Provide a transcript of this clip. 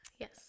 Yes